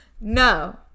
No